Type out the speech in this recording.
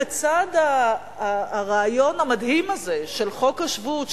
בצד הרעיון המדהים הזה של חוק השבות,